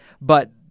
but-